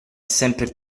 sempre